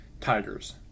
Tigers